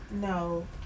no